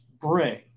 bring